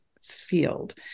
field